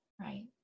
Right